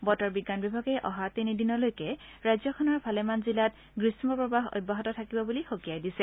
বতৰ বিজ্ঞান বিভাগে অহা তিনিদিনলৈকে ৰাজ্যখনৰ ভালেমান জিলাত গ্ৰীম্ম প্ৰৱাহ অব্যাহত থাকিব বুলি সকিয়াই দিছে